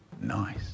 Nice